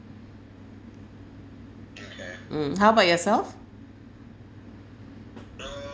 mm how about yourself